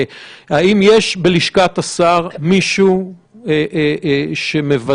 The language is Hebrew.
האם יש בלשכת השר מישהו שמוודא,